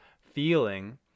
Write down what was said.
feeling